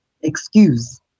excuse